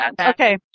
Okay